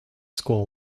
school